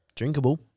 Drinkable